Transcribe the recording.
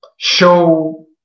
Show